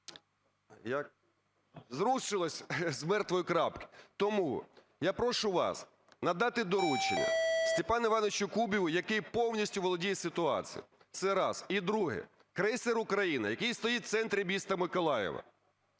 зрушилось з мертвої крапки. Тому я прошу вас надати доручення Степану Івановичу Кубіву, який повністю володіє ситуацією. Це раз. І друге. Крейсер "Україна", який стоїть в центрі міста Миколаєва,